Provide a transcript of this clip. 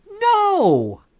No